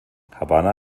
havanna